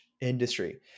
industry